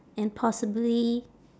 and possibly